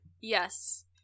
Yes